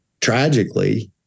tragically